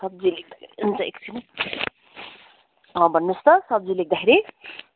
सब्जी हुन्छ एकछिनै भन्नुहोस् त सब्जी लेख्दाखेरि